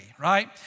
right